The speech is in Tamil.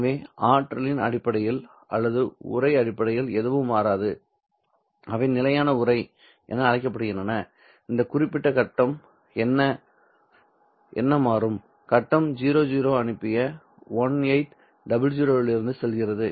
எனவே ஆற்றலின் அடிப்படையில் அல்லது உறை அடிப்படையில் எதுவும் மாறாது அவை நிலையான உறை என அழைக்கப்படுகின்றன இந்த குறிப்பிட்ட கட்டம் என்ன மாறும் கட்டம் 00 அனுப்பிய 1800 இலிருந்து செல்கிறது